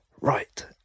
Right